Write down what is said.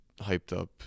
hyped-up